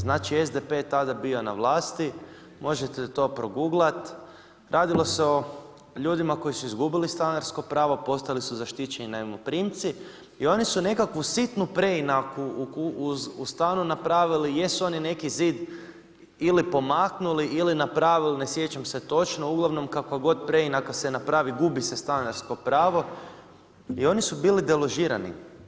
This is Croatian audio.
Znači SDP je tada bio na vlasti, možete to proguglat, radilo se o ljudima koji su izgubili stanarsko pravo, postali su zaštićeni najmoprimci i oni su nekakvu sitnu preinaku uz stanu napravili, jedu oni neki zid ili pomaknuli ili napravili, ne sjećam se točno, uglavnom kakva god preinaka se napravi, gubi se stanarsko pravo i oni su bili deložirani.